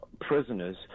prisoners